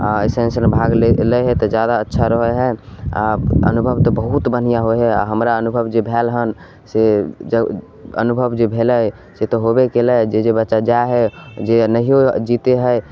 आओर अइसन अइसन भाग लै लै हइ तऽ जादा अच्छा रहय हइ आओर अनुभव तऽ बहुत बढ़िआँ होइ हइ आओर हमरा अनुभव जे भेलहन से जे अनुभव जे भेलय से तऽ होबे कयलै जे जे बच्चा जा हइ जे नहियो जीतय हइ